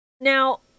Now